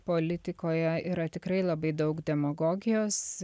politikoje yra tikrai labai daug demagogijos